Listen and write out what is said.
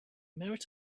merit